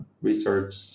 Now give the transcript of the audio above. research